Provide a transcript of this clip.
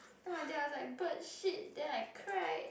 then my dad was like bird shit then I cried